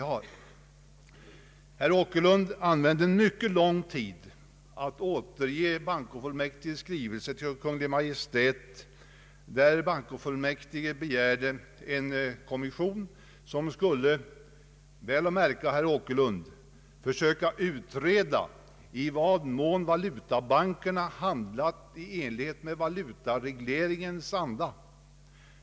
Herr Åkerlund använde mycket lång tid till att återge bankofullmäktiges skrivelse till Kungl. Maj:t, där bankofullmäktige begärde en kommission som skulle, väl att märka, herr Åkerlund, försöka utreda i vad mån valutabankerna handlat i enlighet med valutaregleringens anda.